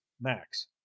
Max